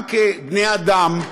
גם כבני אדם.